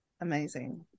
Amazing